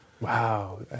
Wow